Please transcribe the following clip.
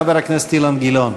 חבר הכנסת אילן גילאון.